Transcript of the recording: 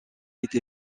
été